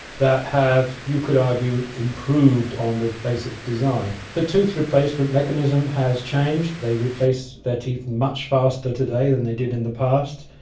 that have, you could argue, improved on the basic design. the tooth replacement mechanism has changed. they replace their teeth much faster today than they did in the past.